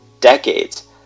decades